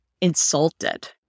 insulted